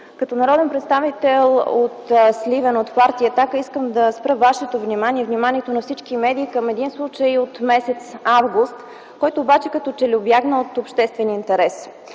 Като народен представител от Сливен от партия „Атака” искам да спра вашето внимание и вниманието на всички медии към един случай от м. август, който обаче като че ли убягна от обществения интерес.